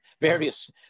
various